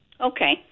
Okay